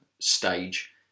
stage